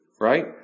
right